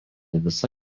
visa